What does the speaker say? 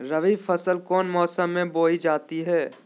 रबी फसल कौन मौसम में बोई जाती है?